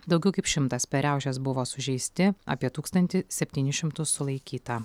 daugiau kaip šimtas per riaušes buvo sužeisti apie tūkstantį septynis šimtus sulaikyta